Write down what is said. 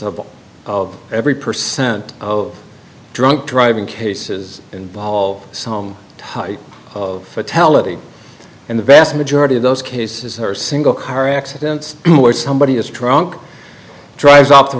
of every percent of drunk driving cases involve some type of fatality and the vast majority of those cases are single car accidents where somebody has trunk drives up the